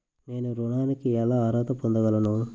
నేను ఋణానికి ఎలా అర్హత పొందగలను?